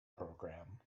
program